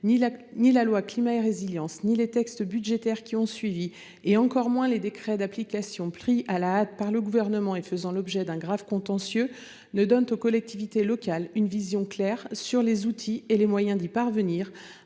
Ni la loi Climat et résilience, ni les textes budgétaires qui ont suivi, ni encore moins les décrets d'application pris à la hâte par le Gouvernement et faisant l'objet d'un grave contentieux ne donnent aux collectivités locales une vision claire sur les outils et les moyens d'y parvenir,